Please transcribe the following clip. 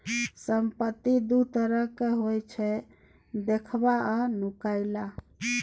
संपत्ति दु तरहक होइ छै देखार आ नुकाएल